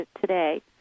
today